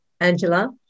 Angela